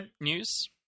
news